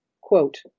Quote